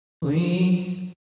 Please